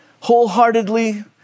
wholeheartedly